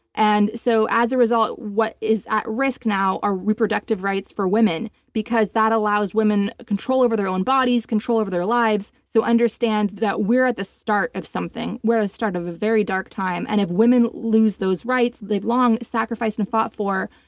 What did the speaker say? and so as a result, what is at risk now are reproductive rights for women because that allows women control over their own bodies, control over their lives. so understand that we're at the start of something. we're at the start of a very dark time and if women lose those rights they've long sacrificed and fought for,